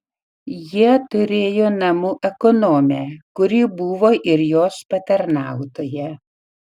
ji turėjo namų ekonomę kuri buvo ir jos patarnautoja